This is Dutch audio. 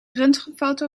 röntgenfoto